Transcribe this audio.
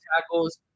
tackles